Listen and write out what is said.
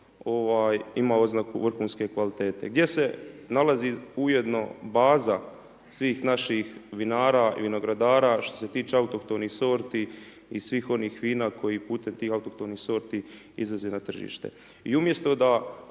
ima oznaku vrhunske kvalitete? Gdje se nalazi ujedno baza svih naših vinara i vinogradara što se tiče autohtonih sorti i svih onih vina koji putem tih autohtonih sorti izlaze na tržište. I umjesto da